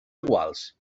iguals